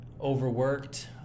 overworked